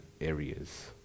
areas